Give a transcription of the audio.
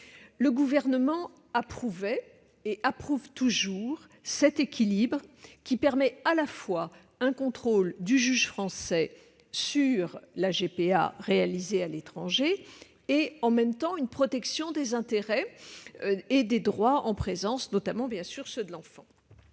Le Gouvernement approuvait et approuve toujours cet équilibre, qui permet à la fois un contrôle du juge français sur les GPA réalisées à l'étranger et une protection des intérêts et des droits en présence, notamment, bien sûr, ceux de l'enfant.